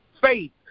Faith